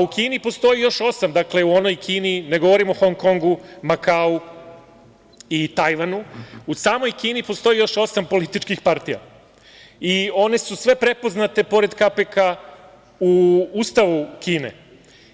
U Kini postoji još osam, dakle u onoj Kini, ne govorim o Hong Kongu, Makau i Tajvanu, u samoj Kini postoji još osam političkih partija i one su sve prepoznate, pored KPK u Ustavu Kine